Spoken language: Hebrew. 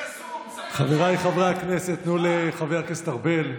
חבריי חברי הכנסת, תנו לחבר הכנסת ארבל.